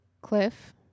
Cliff